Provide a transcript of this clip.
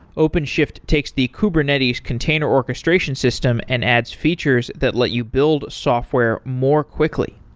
openshift takes the kubernetes container orchestration system and adds features that let you build software more quickly.